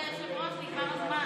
כבוד היושב-ראש, נגמר הזמן.